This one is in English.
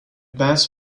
bass